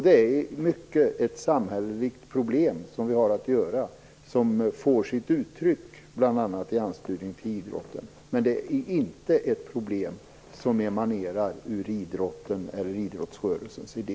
Det är i mycket ett samhälleligt problem vi har att göra med här, ett problem som får sitt uttryck bl.a. i anslutning till idrotten. Men det är inte ett problem som emanerar ur idrotten eller ur idrottsrörelsens idé.